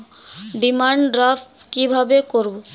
Demand draft কীভাবে করব?